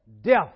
Death